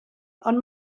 ond